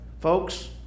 folks